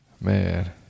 Man